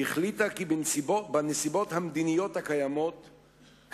החליטה כי בנסיבות המדיניות הקיימות,